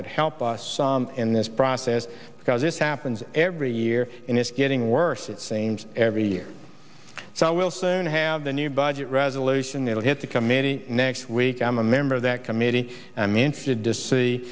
would help us in this process because this happens every year and it's getting worse it seems every year so we'll soon have the new budget resolution it'll hit the committee next week i'm a member of that committee and i'm interested to see